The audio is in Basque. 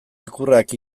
ikurrak